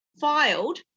filed